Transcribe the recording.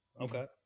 Okay